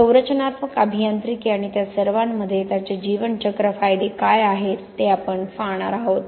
संरचनात्मक अभियांत्रिकी आणि त्या सर्वांमध्ये त्याचे जीवन चक्र फायदे काय आहेत ते आपण पाहणार आहोत